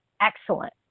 excellent